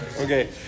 Okay